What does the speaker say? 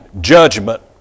judgment